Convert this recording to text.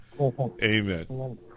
Amen